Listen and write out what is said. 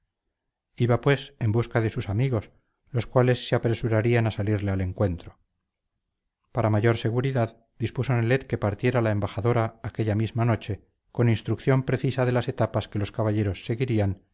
iba pues en busca de sus amigos los cuales se apresurarían a salirle al encuentro para mayor seguridad dispuso nelet que partiera la embajadora aquella misma noche con instrucción precisa de las etapas que los caballeros seguirían